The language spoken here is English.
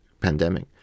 pandemic